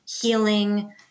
healing